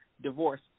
divorce